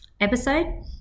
episode